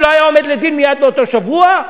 הוא לא היה עומד לדין מייד באותו שבוע?